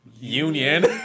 union